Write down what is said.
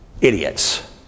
idiots